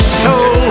soul